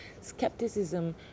skepticism